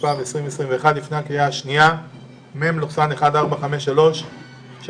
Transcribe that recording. התשפ"ב-2021 לפני הקריאה השנייה מ/1453 של